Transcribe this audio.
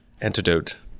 antidote